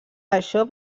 això